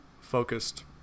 focused